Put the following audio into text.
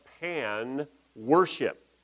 pan-worship